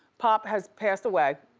pop has passed away.